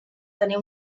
tenir